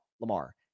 Lamar